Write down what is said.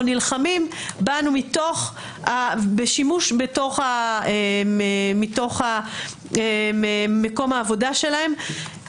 נלחמים בנו בשימוש מתוך מקום העבודה שלהם.